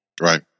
Right